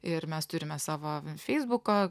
ir mes turime savo feisbuko